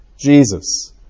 Jesus